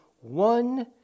one